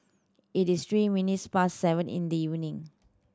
it is three minutes past seven in the evening